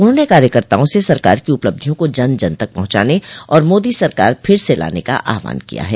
उन्होंने कार्यकर्ताओं से सरकार की उपलब्धियों को जन जन तक पहुंचाने और मोदी सरकार फिर से लाने का आहवान किया है